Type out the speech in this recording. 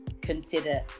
consider